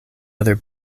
other